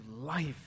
life